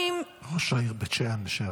-- ראש העיר בית שאן לשעבר.